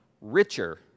richer